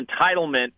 entitlement